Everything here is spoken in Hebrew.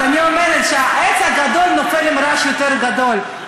אז אני אומרת שהעץ הגדול נופל ברעש יותר גדול.